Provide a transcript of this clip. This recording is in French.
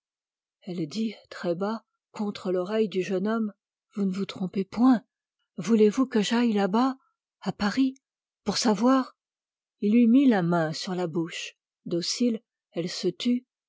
elle dit très bas contre l'oreille du jeune homme vous ne me trompez point voulez-vous que j'aille là-bas à paris pour savoir il lui mit la main sur la bouche docile elle se tut